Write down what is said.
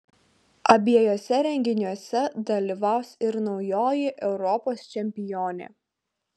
abiejuose renginiuose dalyvaus ir naujoji europos čempionė